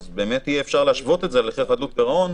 ואז בהחלט אפשר יהיה להשוות את זה להליכי חדלות פירעון.